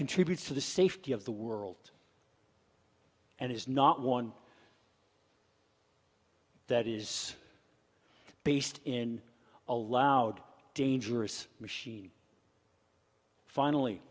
contributes to the safety of the world and is not one that is based in a loud dangerous machine finally